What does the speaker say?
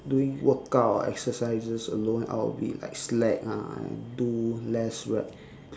doing workout or exercises alone I will be like slack ah and do less rep